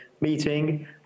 meeting